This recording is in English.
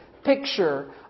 picture